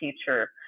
teacher